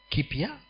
Kipia